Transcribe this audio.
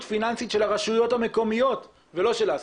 פיננסית של הרשויות המקומיות ולא של העסקים.